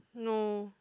no